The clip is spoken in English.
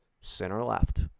center-left